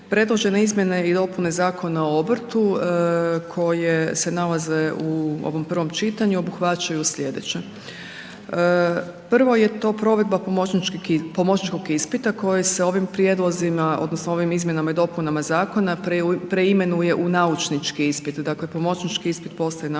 predložene izmjene i dopune Zakona o obrtu koje se nalaze u ovom prvom čitanju obuhvaćaju slijedeće. Prvo je to provedba pomočnićkog ispita koji se ovim prijedlozima odnosno ovim izmjenama i dopunama zakona preimenuje u naučnički ispit, dakle pomočnićki ispit postaje naučnički